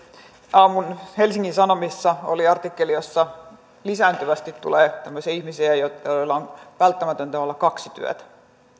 aamun helsingin sanomissa oli artikkeli jonka mukaan lisääntyvästi tulee ihmisiä joilla on välttämätöntä olla kaksi